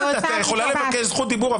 טלי, את יכולה לבקש זכות דיבור.